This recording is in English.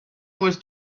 was